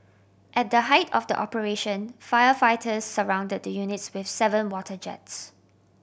at the height of the operation firefighters surrounded the units with seven water jets